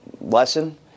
lesson